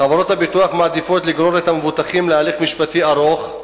חברות הביטוח מעדיפות לגרור את המבוטחים להליך משפטי ארוך,